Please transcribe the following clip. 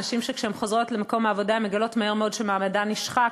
נשים שכשהן חוזרות למקום העבודה הן מגלות מהר מאוד שמעמדן נשחק,